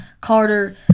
Carter